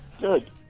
Good